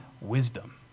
wisdom